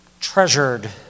treasured